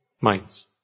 minds